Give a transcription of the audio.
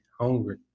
Hungry